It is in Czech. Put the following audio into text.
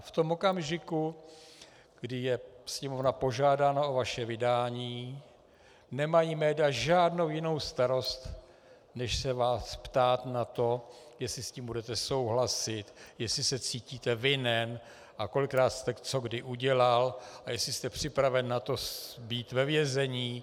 V tom okamžiku, kdy je Sněmovna požádána o vaše vydání, nemají média žádnou jinou starost, než se vás ptát na to, jestli s tím budete souhlasit, jestli se cítíte vinen a kolikrát jste co kdy udělal a jestli jste připraven na to být ve vězení.